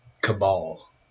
cabal